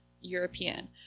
European